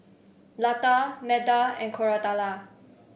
Lata Medha and Koratala